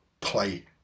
play